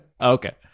Okay